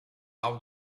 out